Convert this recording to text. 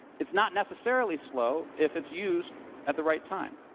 it's not necessarily slow if it's used at the right time.